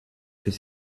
fait